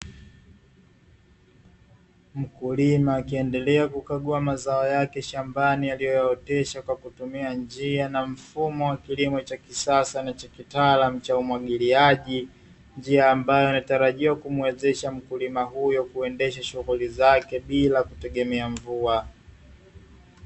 Mkulima akiendelea kukagua mazao yake shambani; aliyoyaotesha kwa kutumia njia na mfumo wa kilimo cha kisasa na cha kitaalamu cha umwagiliaji. Njia ambayo inatarajiwa kumuwezesha mkulima huyo kuendesha shughuli zake bila kutegemea mvua.